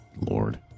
lord